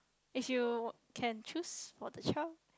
if you can choose for the child